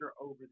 over